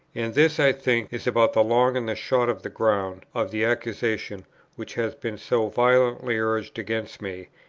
and this, i think, is about the long and the short of the ground of the accusation which has been so violently urged against me,